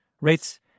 Rates